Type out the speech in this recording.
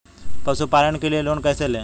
पशुपालन के लिए लोन कैसे लें?